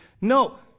No